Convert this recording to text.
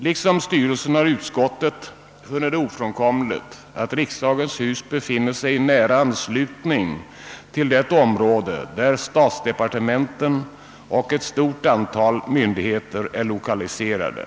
Liksom styrelsen har utskottet funnit det ofrånkomligt att riksdagens hus befinner sig i nära anslutning till det område, där statsdepartementen och ett stort antal myndigheter är lokaliserade.